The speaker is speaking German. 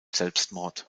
selbstmord